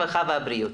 הרווחה והבריאות.